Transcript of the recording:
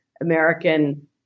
American